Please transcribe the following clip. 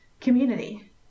community